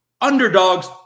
underdogs